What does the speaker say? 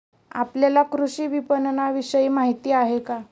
आपल्याला कृषी विपणनविषयी माहिती आहे का?